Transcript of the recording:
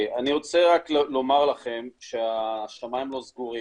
אני רוצה לומר לכם שהשמיים לא סגורים.